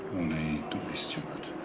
don't be stupid.